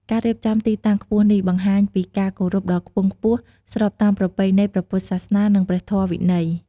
ការរៀបចំទីតាំងខ្ពស់នេះ បង្ហាញពីការគោរពដ៏ខ្ពង់ខ្ពស់ ស្របតាមប្រពៃណីព្រះពុទ្ធសាសនា និងព្រះធម៌វិន័យ។